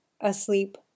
asleep